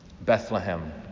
Bethlehem